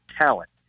talent